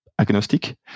agnostic